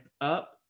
up